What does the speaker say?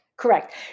Correct